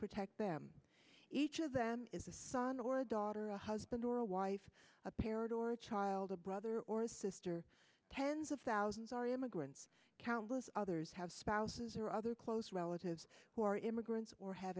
protect them each of them is a son or daughter a husband or a wife a parent or child a brother or sister tens of thousands are immigrants countless others have spouses or other close relatives who are immigrants or ha